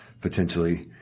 potentially